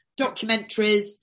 documentaries